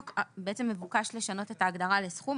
מבוקש לשנות את ההגדרה לסכום,